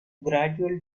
gradual